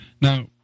now